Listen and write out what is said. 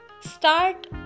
Start